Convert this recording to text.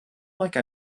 like